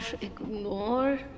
ignore